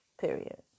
period